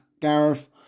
Gareth